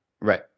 Right